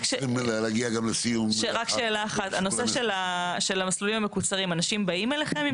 רק שאלה אחת: נושא המסלולים המקוצרים אנשים באים אליכם?